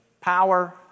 power